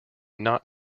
not